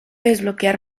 desbloquear